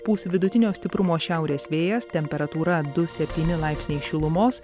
pūs vidutinio stiprumo šiaurės vėjas temperatūra du septyni laipsniai šilumos